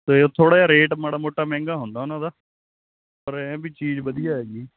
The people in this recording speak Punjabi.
ਤੇ ਥੋੜ੍ਹਾ ਜਿਹਾ ਰੇਟ ਮਾੜਾ ਮੋਟਾ ਮਹਿੰਗਾ ਹੁੰਦਾ ਉਹਨਾਂ ਦਾ ਪਰ ਐਂ ਵੀ ਚੀਜ਼ ਵਧੀਆ ਹੈਗੀ